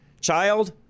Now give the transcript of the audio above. child